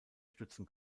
stützen